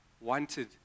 wanted